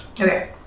Okay